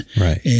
Right